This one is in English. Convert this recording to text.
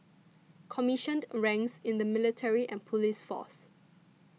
commissioned ranks in the military and police force